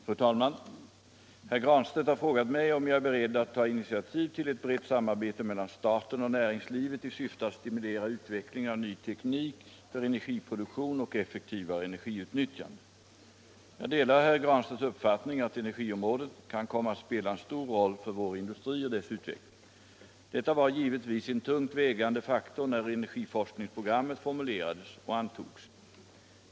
Fru talman! Herr Granstedt har frågat mig om jag är beredd att ta initiativ till ett brett samarbete mellan staten och näringslivet i syfte att stimulera utveckling av ny teknik för energiproduktion och effektivare energiutnyttjande. Jag delar herr Granstedts uppfattning att energiområdet kan komma att spela en stor roll för vår industri och dess utveckling. Detta var givetvis en tungt vägande faktor när energiforskningsprogrammet formulerades och antogs.